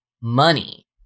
Money